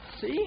See